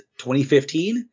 2015